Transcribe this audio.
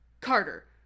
Carter